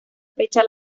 fecha